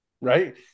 right